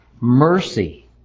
mercy